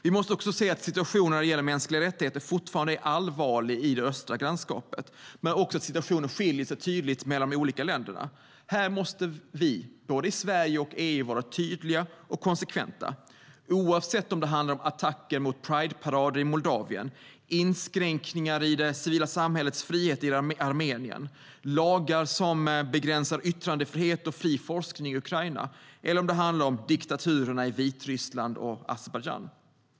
Vi måste också se att situationen gällande mänskliga rättigheter fortfarande är allvarlig i det östra grannskapet men också att situationen skiljer sig tydligt mellan de olika länderna. Här måste vi, både Sverige och EU, vara tydliga och konsekventa oavsett om det handlar om attacker mot prideparader i Moldavien, inskränkningar i det civila samhällets frihet i Armenien, lagar som begränsar yttrandefrihet och fri forskning i Ukraina eller om det handlar om diktaturerna i Vitryssland och Azerbajdzjan.